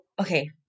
Okay